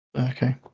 Okay